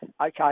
Okay